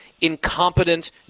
incompetent